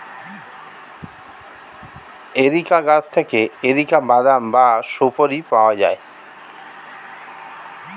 areca গাছ থেকে areca বাদাম বা সুপোরি পাওয়া যায়